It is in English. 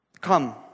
Come